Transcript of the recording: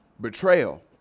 betrayal